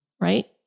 right